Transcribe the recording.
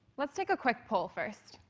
let's take a quick poll first.